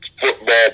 football